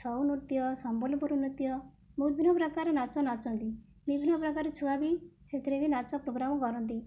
ଛଉ ନୃତ୍ୟ ସମ୍ବଲପୁର ନୃତ୍ୟ ବିଭିନ୍ନପ୍ରକାର ନାଚ ନାଚନ୍ତି ବିଭିନ୍ନପ୍ରକାର ଛୁଆ ବି ସେଥିରେ ବି ନାଚ ପ୍ରୋଗ୍ରାମ କରନ୍ତି